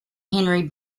henry